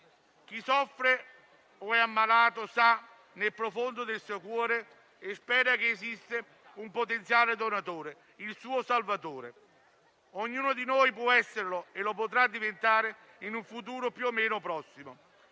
Chi soffre o è ammalato, nel profondo del suo cuore spera che esista un potenziale donatore, il suo salvatore. Ognuno di noi può esserlo e lo potrà diventare in un futuro più o meno prossimo.